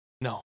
No